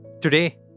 Today